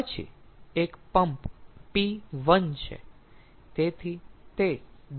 પછી એક pump p1 છે